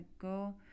go